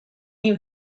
new